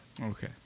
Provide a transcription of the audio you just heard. Okay